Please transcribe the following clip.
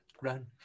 Run